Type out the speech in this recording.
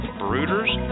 brooders